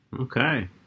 Okay